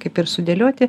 kaip ir sudėlioti